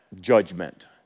judgment